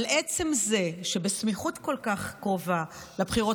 אבל עצם זה שבסמיכות כל כך קרובה לבחירות